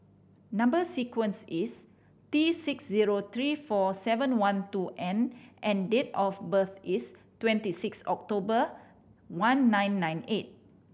number sequence is T six zero three four seven one two N and date of birth is twenty six October one nine nine eight